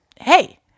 hey